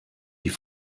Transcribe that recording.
die